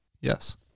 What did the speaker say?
yes